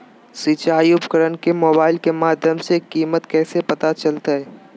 सिंचाई उपकरण के मोबाइल के माध्यम से कीमत कैसे पता चलतय?